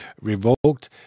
revoked